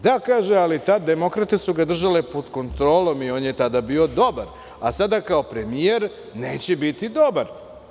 Da, ali demokrate su tada držale pod kontrolom i on je tada bio dobar, a sada kao premijer neće biti dobar.